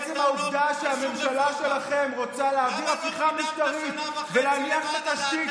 אז עכשיו אתה לא יכול לבוא בטענות על שום דבר.